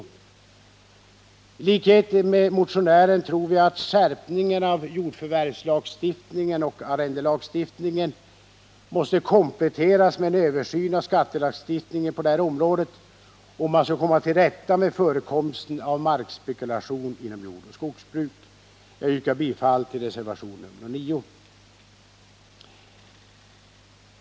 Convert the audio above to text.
I likhet med motionären tror vi att skärpningen av jordförvärvslagstiftningen och arrendelagstiftningen måste kompletteras med en översyn av skattelagstiftningen på detta område om man skall kunna komma till rätta med förekomsten av markspekulation inom jordoch skogsbruk. Jag yrkar bifall till reservation nr 9.